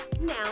Now